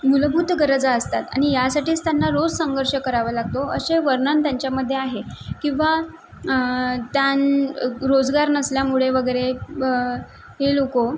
मूलभूत गरजा असतात आणि यासाठीच त्यांना रोज संघर्ष करावं लागतो असे वर्णन त्यांच्यामध्ये आहे किंवा त्याना रोजगार नसल्यामुळे वगैरे हे लोकं